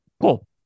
cool